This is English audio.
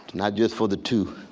not just for the two,